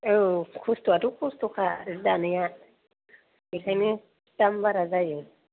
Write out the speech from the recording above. औ खस्थ आथ' खस्थखा जि दानाया बेखायनो दाम बारा जायो